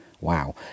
wow